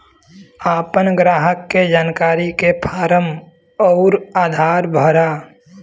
आपन ग्राहक के जानकारी के फारम अउर आधार भरा